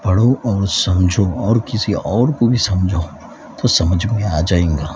پڑھو اور سمجھو اور کسی اور کو بھی سمجھاؤ تو سمجھ میں آ جائیں گا